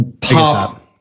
pop